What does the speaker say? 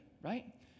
right